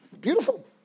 beautiful